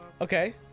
okay